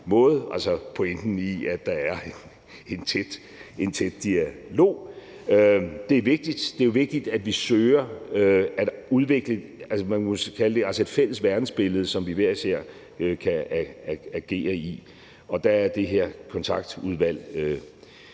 måde pointen i, at der er en tæt dialog, og det er vigtigt. Det er jo vigtigt, at vi søger at udvikle det, man må kalde et fælles verdensbillede, som vi hver især kan agere i, og der er det her kontaktudvalg